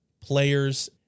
players